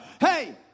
hey